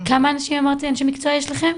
כמה אנשי מקצוע יש לכם?